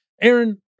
Aaron